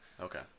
Okay